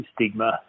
stigma